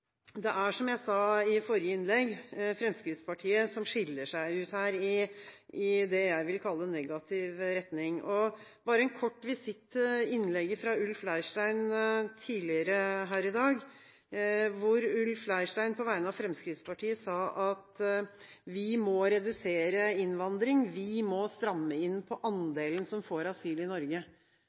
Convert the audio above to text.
Det er, som jeg sa i forrige innlegg, Fremskrittspartiet som skiller seg ut i det jeg vil kalle negativ retning. Jeg gjør en kort visitt til innlegget fra Ulf Leirstein tidligere i dag, hvor han på vegne av Fremskrittspartiet sa at vi må redusere innvandringen og stramme inn på andelen som får asyl i Norge.